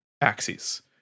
axes